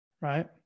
right